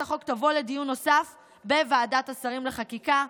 החוק תבוא לדיון נוסף בוועדת השרים לחקיקה.